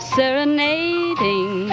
serenading